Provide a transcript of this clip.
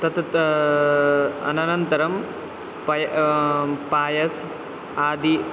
तत् अनन्तरं पय पायसादि